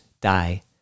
die